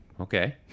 okay